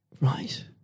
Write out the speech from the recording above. Right